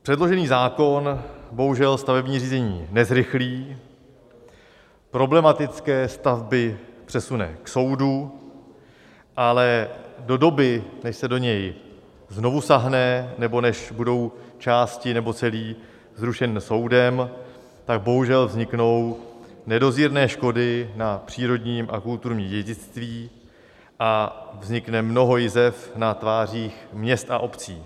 Předložený zákon bohužel stavební řízení nezrychlí, problematické stavby přesune k soudu, ale do doby, než se do něj znovu sáhne, nebo než budou části nebo celý zrušen soudem, tak bohužel vzniknou nedozírné škody na přírodním a kulturním dědictví a vznikne mnoho jizev na tvářích měst a obcí.